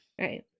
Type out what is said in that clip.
Right